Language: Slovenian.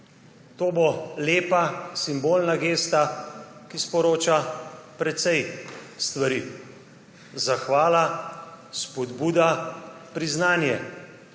To bo lepa simbolna gesta, ki sporoča precej stvari. Zahvala, spodbuda, priznanje